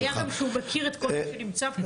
הבעיה כאן שהוא מכיר את כל מי שנמצא פה.